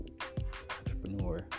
entrepreneur